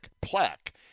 plaque